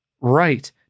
right